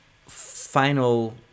final